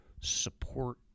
support